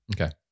Okay